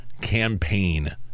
campaign